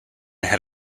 had